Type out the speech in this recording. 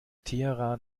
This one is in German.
teheran